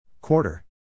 Quarter